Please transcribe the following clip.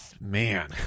man